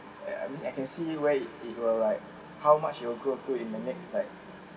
I I mean I can see where it it will like how much it will grow up to in the next like